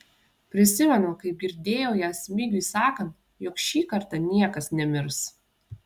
prisimenu kaip girdėjau ją smigiui sakant jog šį kartą niekas nemirs